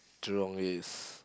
Jurong-East